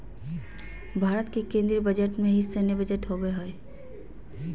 भारत के केन्द्रीय बजट में ही सैन्य बजट होबो हइ